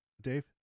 Dave